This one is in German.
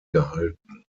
gehalten